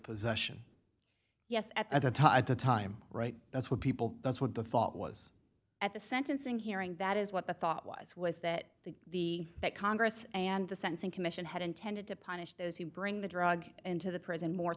possession yes at the time at the time right that's what people that's what the thought was at the sentencing hearing that is what the thought was was that the that congress and the sentencing commission had intended to punish those who bring the drug into the prison more